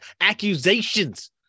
accusations